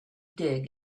dig